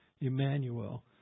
Emmanuel